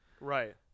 Right